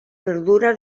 verdura